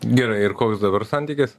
gerai ir koks dabar santykis